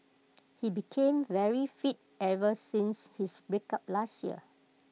he became very fit ever since his breakup last year